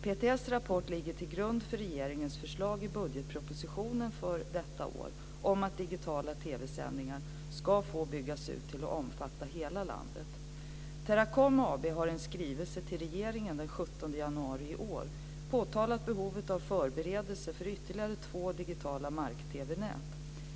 PTS rapport ligger till grund för regeringens förslag i budgetpropositionen för detta år om att digitala Teracom AB har i en skrivelse till regeringen den 17 januari i år påtalat behovet av förberedelser för ytterligare två digitala mark-TV-nät.